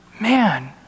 Man